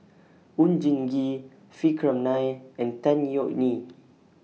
Oon Jin Gee Vikram Nair and Tan Yeok Nee